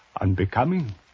unbecoming